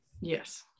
yes